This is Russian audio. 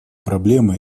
проблемы